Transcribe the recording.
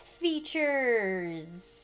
features